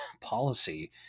policy